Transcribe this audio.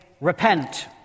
repent